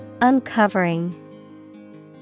Uncovering